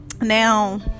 Now